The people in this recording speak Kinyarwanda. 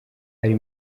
ari